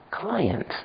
client